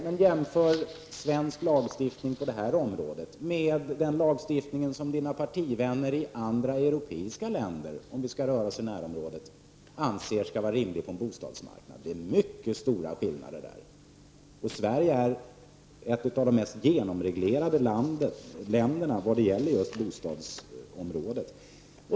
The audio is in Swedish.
Men jämför svensk lagstiftning på detta område med den lagstiftning som Lennart Nilssons partivänner i andra europeiska länder, om vi skall röra oss i närområdet, anser rimlig på bostadsmarknaden! Där finns mycket stora skillnader. Sverige är ett av de mest genomreglerade länderna just när det gäller bostadsområdet.